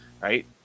right